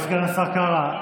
סגן השר קארה,